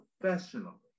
professional